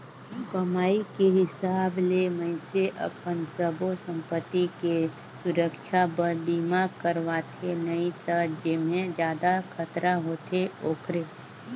कमाई के हिसाब ले मइनसे अपन सब्बो संपति के सुरक्छा बर बीमा करवाथें नई त जेम्हे जादा खतरा होथे ओखरे